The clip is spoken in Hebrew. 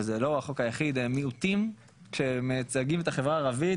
וזה לא החוק היחיד מיעוטים כשמציגים את החברה הערבית,